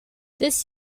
this